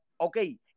okay